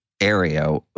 area